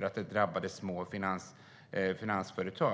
att de drabbade små finansföretag.